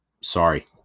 sorry